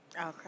Okay